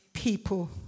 people